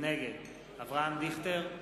נגד אברהם דיכטר,